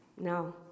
no